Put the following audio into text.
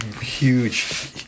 Huge